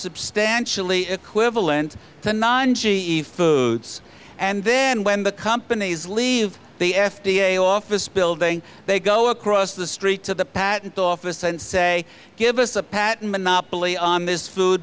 substantially equivalent to non g e foods and then when the companies leave the f d a office building they go across the street to the patent office and say give us a patent monopoly on this food